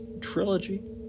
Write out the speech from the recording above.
trilogy